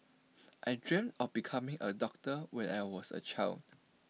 I dreamt of becoming A doctor when I was A child